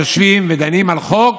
יושבים ודנים על חוק